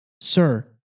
Sir